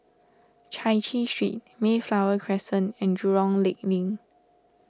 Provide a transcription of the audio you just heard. Chai Chee Street Mayflower Crescent and Jurong Lake Link